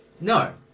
No